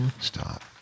Stop